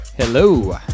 Hello